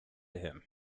him